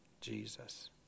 Jesus